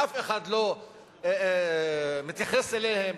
ואף אחד לא מתייחס אליהן,